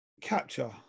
Capture